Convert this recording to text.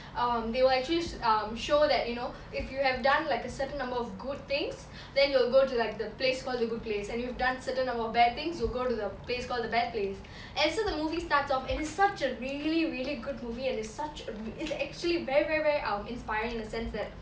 um they will actually um show that you know if you have done like a certain number of good things then you will go to like the place called the good place and you've done certain about bad things you will go to the place called the bad place and so the movie starts off it's such a really really good movie and it's such a it's actually very very very inspiring in the sense that